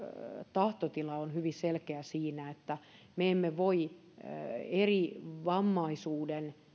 tahtotila on hyvin selkeä siinä että me emme voi vammaisuuden